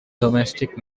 domestic